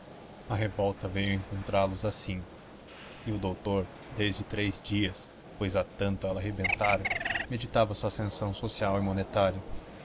a revolta veio encontrá los assim e o doutor desde três dias pois há tanto ela rebentara meditava a sua ascensão social e monetária